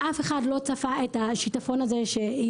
ואף אחד לא צפה את השיטפון הזה שיתחיל